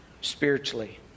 spiritually